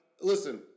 listen